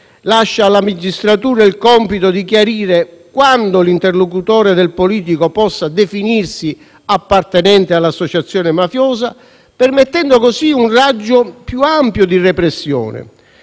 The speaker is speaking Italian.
lascia alla magistratura il compito di chiarire quando l'interlocutore del politico possa definirsi appartenente all'associazione mafiosa, permettendo così un raggio più ampio di repressione,